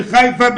בחיפה,